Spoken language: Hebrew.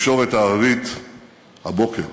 בתקשורת הערבית צוטט הבוקר